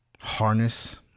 harness